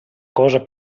cosa